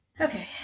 Okay